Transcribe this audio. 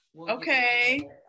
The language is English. Okay